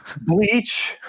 Bleach